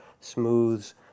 smooths